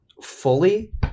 fully